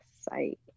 site